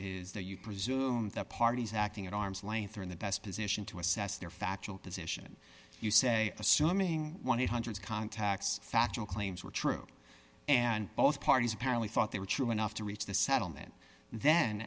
is that you presume that parties acting at arm's length are in the best position to assess their factual position you say assuming one thousand eight hundred contacts factual claims were true and both parties apparently thought they were true enough to reach the settlement then